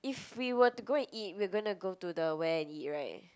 if we were to go and eat we're gonna go to the where and eat [right]